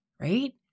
right